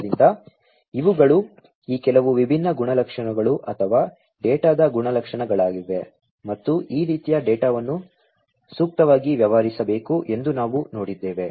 ಆದ್ದರಿಂದ ಇವುಗಳು ಈ ಕೆಲವು ವಿಭಿನ್ನ ಗುಣಲಕ್ಷಣಗಳು ಅಥವಾ ಡೇಟಾದ ಗುಣಲಕ್ಷಣಗಳಾಗಿವೆ ಮತ್ತು ಈ ರೀತಿಯ ಡೇಟಾವನ್ನು ಸೂಕ್ತವಾಗಿ ವ್ಯವಹರಿಸಬೇಕು ಎಂದು ನಾವು ನೋಡಿದ್ದೇವೆ